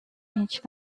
هیچ